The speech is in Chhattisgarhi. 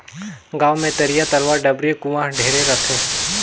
गांव मे तरिया, तलवा, डबरी, कुआँ ढेरे रथें